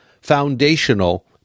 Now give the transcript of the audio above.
foundational